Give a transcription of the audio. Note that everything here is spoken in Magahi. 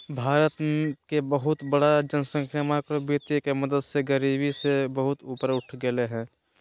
भारत के बहुत बड़ा जनसँख्या माइक्रो वितीय के मदद से गरिबी से बहुत ऊपर उठ गेलय हें